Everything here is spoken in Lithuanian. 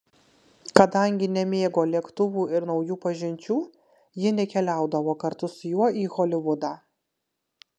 kadangi nemėgo lėktuvų ir naujų pažinčių ji nekeliaudavo kartu su juo į holivudą